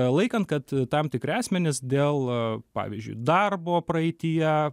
laikant kad tam tikri asmenys dėl pavyzdžiui darbo praeityje